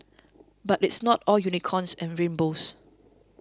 but it's not all unicorns and rainbows